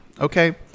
okay